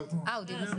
אני רוצה